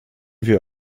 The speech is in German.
wir